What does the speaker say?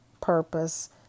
purpose